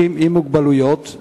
מכובדי השרים,